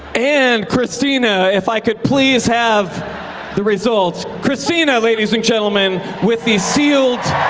and christina, if i could please have the results. christina, ladies and gentlemen, with the sealed